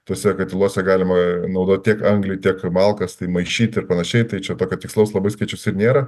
tuose katiluose galima naudot tiek anglį tiek malkas tai maišyt ir panašiai tai čia tokio tikslaus labai skaičius ir nėra